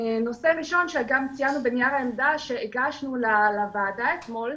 נושא ראשון שגם ציינו בנייר העמדה שהגשנו לוועדה אתמול,